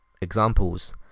examples